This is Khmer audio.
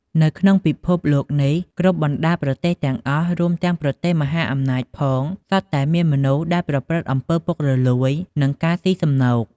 នៅក្នុងពិភពលោកនេះ គ្រប់បណ្ដាប្រទេសទាំងអស់ រួមទាំងប្រទេសមហាអំណាចផង សុទ្ធតែមានមនុស្សដែលប្រព្រឹត្តអំពើពុករលួយ និងការស៊ីសំណូក។